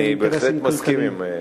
אני בהחלט מסכים עם אדוני.